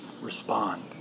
respond